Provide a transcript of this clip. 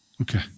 Okay